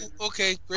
Okay